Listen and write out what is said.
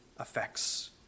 effects